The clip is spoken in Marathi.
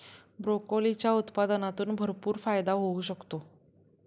ब्रोकोलीच्या उत्पादनातून भरपूर फायदा होऊ शकतो